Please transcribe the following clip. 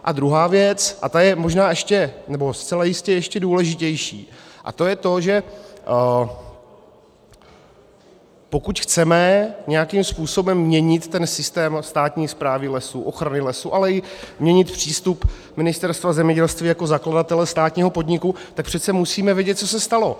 A druhá věc, a ta je možná, nebo zcela jistě ještě důležitější, a to je to, že pokud chceme nějakým způsobem měnit ten systém státní správy lesů, ochrany lesů, ale i měnit přístup Ministerstva zemědělství jako zakladatele státního podniku, tak přece musíme vědět, co se stalo.